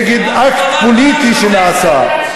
נגד אקט פוליטי שנעשה.